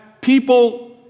people